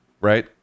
right